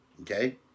okay